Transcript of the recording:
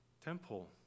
temple